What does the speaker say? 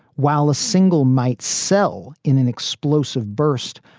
while a single might sell in an explosive burst,